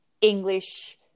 English